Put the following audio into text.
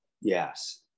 yes